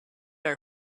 are